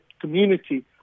community